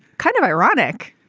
kind of ironic.